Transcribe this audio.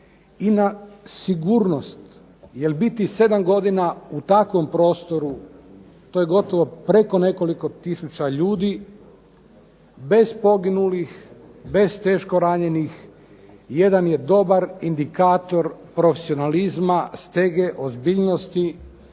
i na sigurnost jer biti 7 godina u takvom prostoru to je gotovo preko nekoliko tisuća ljudi, bez poginulih, bez teško ranjenih jedan je dobar indikator profesionalizma, stege, ozbiljnosti,